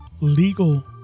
legal